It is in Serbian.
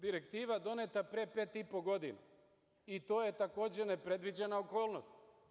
Direktiva je doneta pre pet i po godina i to je takođe nepredviđena okolnost.